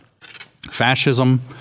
Fascism